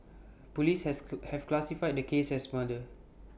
Police has have classified the case as murder